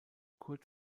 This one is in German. kurt